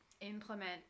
implement